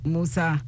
Musa